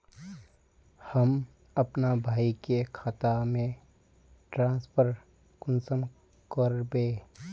हम अपना भाई के खाता में ट्रांसफर कुंसम कारबे?